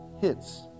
hits